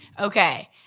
Okay